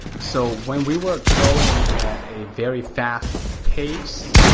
so when we were growing at a very fast pace,